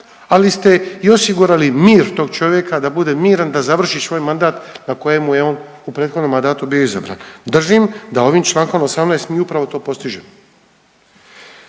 ali ste osigurali i mir tog čovjeka da bude miran, da završi svoj mandat na kojemu je on u prethodnom mandatu bio izabran. Držim da ovim čl. 18. mi upravo to postižemo.